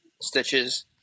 stitches